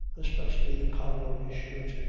especially the collar of his shirt,